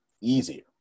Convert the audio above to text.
Easier